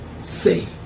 say